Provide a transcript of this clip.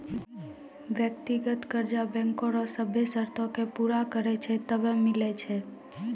व्यक्तिगत कर्जा बैंको रो सभ्भे सरतो के पूरा करै छै तबै मिलै छै